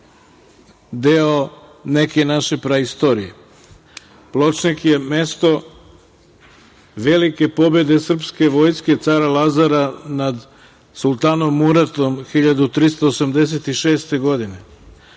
deo neke naše praistorije, Pločnik je mesto velike pobede srpske vojske, Cara Lazara nad Sultanom Muratom 1386. godine.